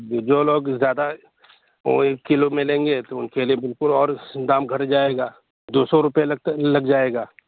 جو لوگ زیادہ اور ایک کلو میں لیں گے تو ان کے لیے بالکل اور دام گھٹ جائے گا دو سو روپیے لگ جائے گا